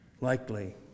likely